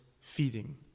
feeding